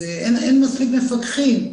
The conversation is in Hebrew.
אז אין מספיק מפקחים,